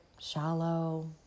shallow